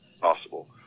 possible